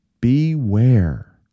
beware